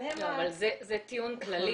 זה טיעון כללי.